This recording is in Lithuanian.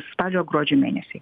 spalio gruodžio mėnesiai